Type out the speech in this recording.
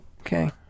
Okay